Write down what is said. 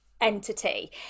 entity